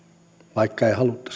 vaikka